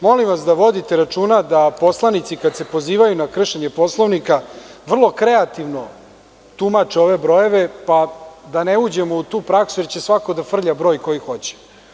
Molim vas da vodite računa da poslanici kada se pozivaju na kršenje Poslovnika vrlo kreativno tumače ove brojeve, pa da ne uđemo u tu praksu jer će svako da frlja broj koji hoće.